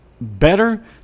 better